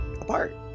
apart